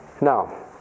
Now